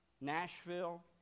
Nashville